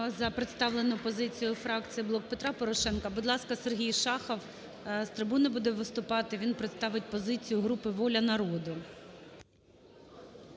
за представлену позицію фракції "Блок Петра Порошенка". Будь ласка, Сергій Шахов з трибуни буде виступати, він представить позицію групи "Воля народу".